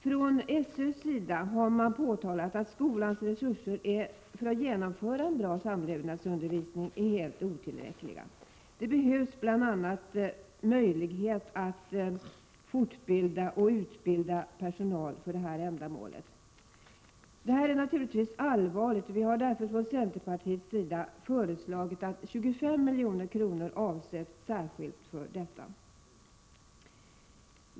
Från SÖ:s sida har man påtalat att skolans resurser för att genomföra en bra samlevnadsundervisning är helt otillräckliga. Det behövs bl.a. möjlighet att fortbilda och utbilda personal för det här ändamålet. Det här är naturligtvis allvarligt, och vi har därför från centerpartiets sida föreslagit att 25 milj.kr. avsätts särskilt för detta.